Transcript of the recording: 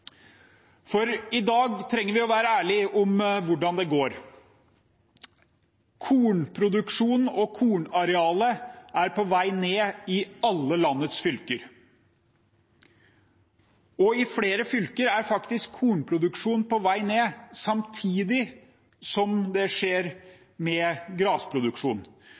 I dag trenger vi å være ærlige om hvordan det går: Kornproduksjonen og kornarealet er på vei ned i alle landets fylker. I flere fylker er faktisk kornproduksjonen på vei ned samtidig med grasproduksjonen. Det skjer